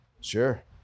Sure